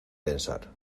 pensar